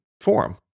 forum